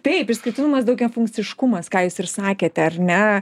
taip išskirtinumas daugiafunkciškumas ką jūs ir sakėte ar ne